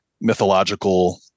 mythological